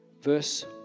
verse